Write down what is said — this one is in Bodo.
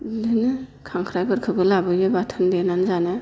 बेदिनो खांख्राइफोरखौबो लाबोयो बाथोन देनानै जानो